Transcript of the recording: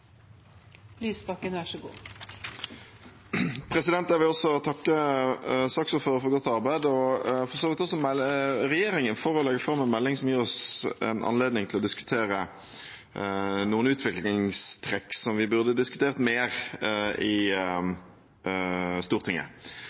Jeg vil takke saksordføreren for godt arbeid og for så vidt også regjeringen for å legge fram en melding som gir oss en anledning til å diskutere noen utviklingstrekk som vi burde ha diskutert mer i Stortinget.